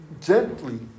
Gently